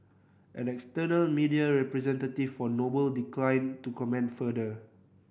an external media representative for Noble declined to comment further